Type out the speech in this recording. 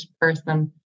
person